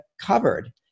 covered